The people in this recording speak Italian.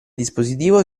dispositivo